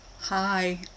Hi